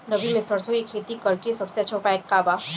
रबी में सरसो के खेती करे के सबसे अच्छा उपाय का बा?